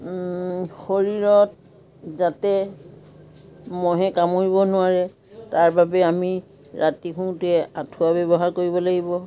শৰীৰত যাতে মহে কামুৰিব নোৱাৰে তাৰ বাবে আমি ৰাতি শোওঁতে আঁঠুৱা ব্যৱহাৰ কৰিব লাগিব